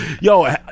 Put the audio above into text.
Yo